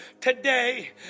today